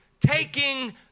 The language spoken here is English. taking